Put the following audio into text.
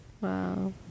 wow